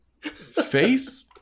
faith